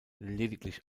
lediglich